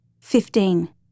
Fifteen